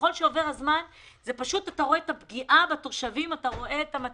ככל שעובר הזמן אתה רואה את הפגיעה בתושבים,